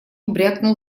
брякнул